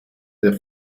der